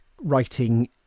writing